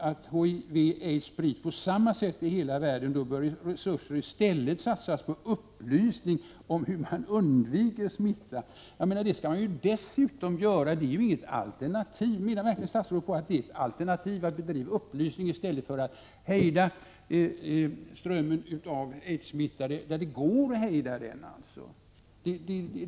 Att HIV-smittan inte sprids på samma sätt i hela världen är ju inget argument för att resurser i stället bör satsas på upplysning om hur man undviker smittan. Det är någonting som man dessutom bör göra. Det är ju inte något alternativ. Eller anser statsrådet verkligen att ett alternativ till att man försöker hejda strömmen av aidssmittade är att man sprider upplysning?